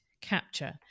capture